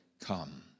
come